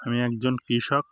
আমি একজন কৃষক